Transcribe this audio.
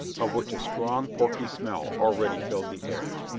of which a strong, porky smell already filled the air.